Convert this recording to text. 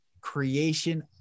creation